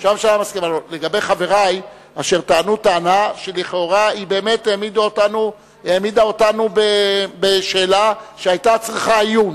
לגבי חברי אשר טענו טענה שלכאורה העמידה אותנו בשאלה שמצריכה עיון,